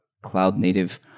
cloud-native